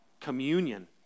communion